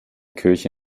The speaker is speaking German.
kirche